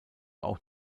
auch